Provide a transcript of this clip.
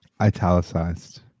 Italicized